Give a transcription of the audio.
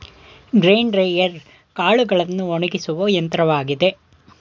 grain dryer ಕಾಳುಗಳನ್ನು ಒಣಗಿಸುವ ಯಂತ್ರವಾಗಿದೆ